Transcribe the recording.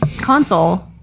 console